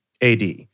AD